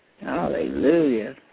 Hallelujah